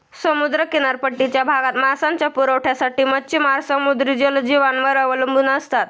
समुद्र किनारपट्टीच्या भागात मांसाच्या पुरवठ्यासाठी मच्छिमार समुद्री जलजीवांवर अवलंबून असतात